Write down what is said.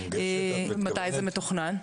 למתי זה מתוכנן?